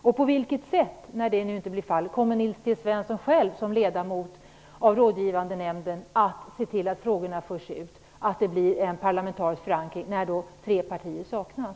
När detta nu inte blir fallet: På vilket sätt kommer Nils T Svensson själv, som ledamot av rådgivande nämnden, att se till att frågorna förs ut, att det blir en parlamentarisk förankring, när nu tre partier saknas?